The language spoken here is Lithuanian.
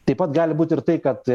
taip pat gali būt ir tai kad